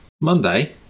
Monday